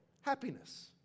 happiness